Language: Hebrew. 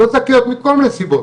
לא זכאיות מכל מיני סיבות.